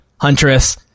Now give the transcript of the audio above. Huntress